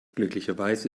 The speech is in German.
glücklicherweise